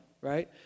right